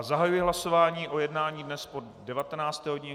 Zahajuji hlasování o jednání dnes po 19. hodině.